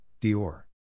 Dior